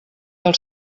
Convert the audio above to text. del